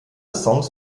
songs